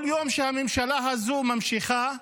כל יום שהממשלה הזו ממשיכה,